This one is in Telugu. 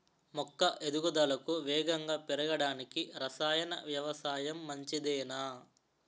మొక్క ఎదుగుదలకు వేగంగా పెరగడానికి, రసాయన వ్యవసాయం మంచిదేనా?